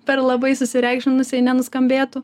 per labai susireikšminusiai nenuskambėtų